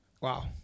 Wow